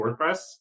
WordPress